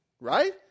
right